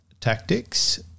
tactics